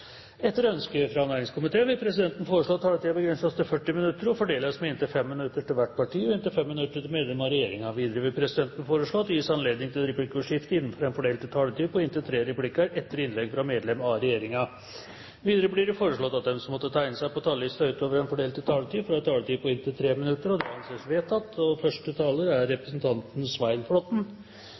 Etter ønske fra næringskomiteen vil presidenten foreslå at taletiden begrenses til 40 minutter og fordeles med inntil 5 minutter til hvert parti og inntil 5 minutter til medlem av regjeringen. Videre vil presidenten foreslå at det gis anledning til replikkordskifte på inntil tre replikker med svar etter innlegg fra medlem av regjeringen innenfor den fordelte taletid. Videre blir det foreslått at de som måtte tegne seg på talerlisten utover den fordelte taletid, får en taletid på inntil 3 minutter. – Det anses vedtatt. Det er